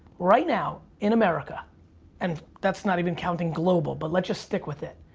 right now, in america and that's not even counting global but let's just stick with it.